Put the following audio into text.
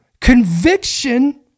conviction